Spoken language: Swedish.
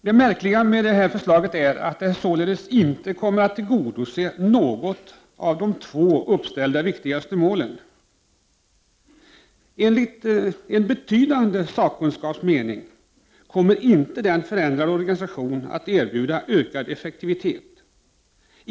Det märkliga med detta förslag är att det inte kommer att tillgodose något av de två viktigaste uppställda målen. Enligt en bred sakkunskaps mening kommer inte den förändrade organisationen att erbjuda ökad effektivitet.